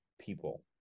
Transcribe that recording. People